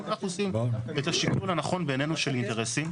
אנחנו עושים את השיקול הנכון בעינינו של אינטרסים.